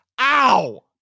Ow